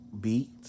beat